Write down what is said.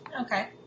Okay